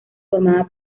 formada